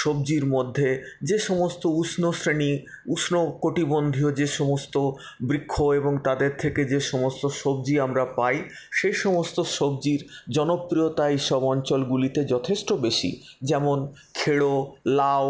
সবজির মধ্যে যে সমস্ত উষ্ণ শ্রেণী উষ্ণ কটিবন্ধ যে সমস্ত বৃক্ষ এবং তাদের থেকে যে সমস্ত সবজি আমরা পাই সেই সমস্ত সব্জির জনপ্রিয়তাই এইসব অঞ্চলগুলিতে যথেষ্ট বেশি যেমন খেড়ো লাউ